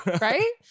right